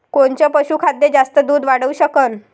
कोनचं पशुखाद्य जास्त दुध वाढवू शकन?